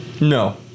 No